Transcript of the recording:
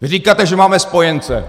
Vy říkáte, že máme spojence.